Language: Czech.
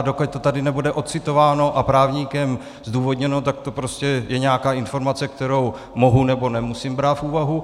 Dokud to tady nebude ocitováno a právníkem zdůvodněno, tak to prostě je nějaká informace, kterou mohu, nebo nemusím brát v úvahu.